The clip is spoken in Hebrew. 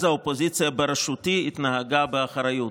אז האופוזיציה בראשותי התנהגה באחריות".